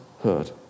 heard